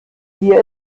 wir